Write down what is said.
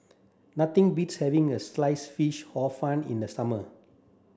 nothing beats having a sliced fish hor fun in the summer